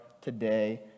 today